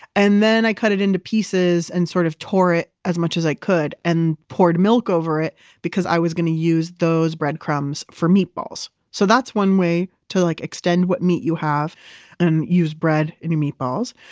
and then i cut it into pieces and sort of tore it as much as i could and poured milk over it because i was going to use those breadcrumbs for meatballs so that's one way to like extend what meat you have and use bread in your meatballs.